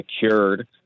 secured